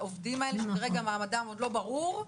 האלה, כרגע מעמדם עוד לא ברור,